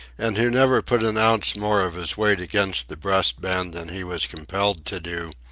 and who never put an ounce more of his weight against the breast-band than he was compelled to do,